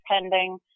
pending